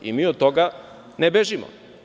Mi od toga ne bežimo.